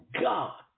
God